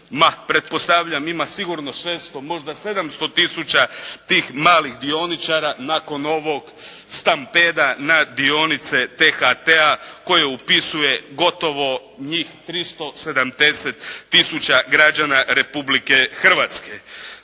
pretpostavljam ima sigurno 600, možda 700 tisuća tih malih dioničara nakon ovog stampeda na dionice T-HT-a koje upisuje gotovo njih 370 tisuća građana Republike Hrvatske.